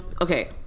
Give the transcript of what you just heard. okay